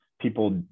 people